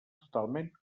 totalment